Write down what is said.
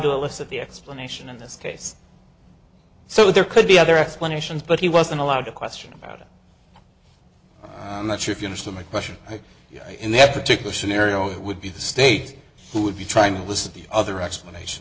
to elicit the explanation in this case so there could be other explanations but he wasn't allowed to question about it i'm not sure if you understood my question in that particular scenario it would be the state who would be trying to elicit the other explanation